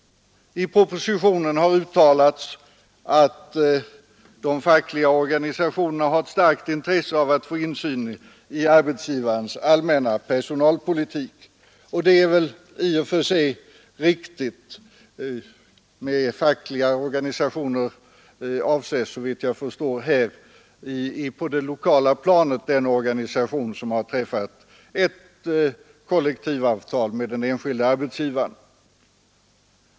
I propositionen har uttalats att de fackliga organisationerna har ett starkt intresse av att få insyn i arbetsgivarens allmänna personalpolitik, och det är väl i och för sig riktigt. Med facklig organisation avses här, såvitt jag förstår, på det lokala planet den organisation som har träffat ett kollektivavtal med den enskilde arbetsgivaren.